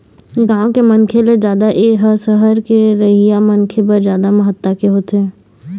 गाँव के मनखे ले जादा ए ह सहर के रहइया मनखे बर जादा महत्ता के होथे